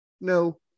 no